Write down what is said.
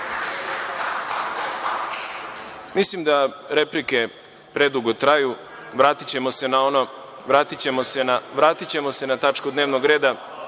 da replike predugo traju. Vratićemo se na tačku dnevnog reda.